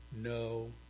no